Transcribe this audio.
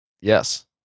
yes